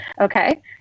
okay